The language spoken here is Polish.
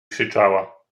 krzyczała